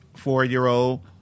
Four-year-old